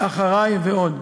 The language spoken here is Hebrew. "אחריי!" ועוד.